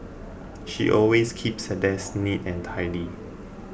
she always keeps her desk neat and tidy